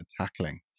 tackling